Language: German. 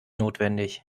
notwendig